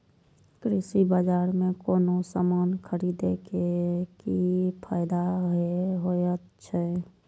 कृषि बाजार में कोनो सामान खरीदे के कि फायदा होयत छै?